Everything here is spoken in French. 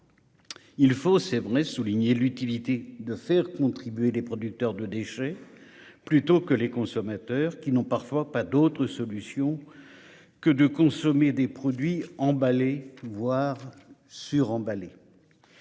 Il faut, c'est vrai, souligner l'utilité de faire contribuer les producteurs de déchets plutôt que les consommateurs, qui n'ont parfois pas d'autres solutions que de consommer des produits emballés, voire suremballés.